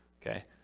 Okay